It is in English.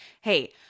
Hey